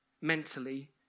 mentally